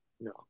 No